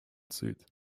süd